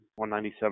197